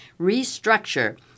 restructure